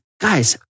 guys